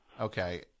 Okay